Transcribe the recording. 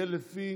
תהיה לפי